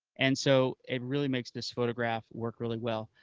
and so it really makes this photograph work really well.